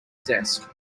desk